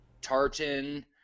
tartan